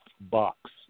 box